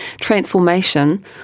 transformation